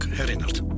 herinnert